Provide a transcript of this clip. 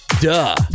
Duh